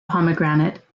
pomegranate